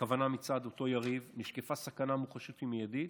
עולה כי לאור הסיטואציה שבה נשקפת סכנת חיים מוחשית ומיידית